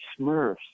smurfs